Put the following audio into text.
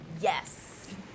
Yes